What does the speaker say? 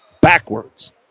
Backwards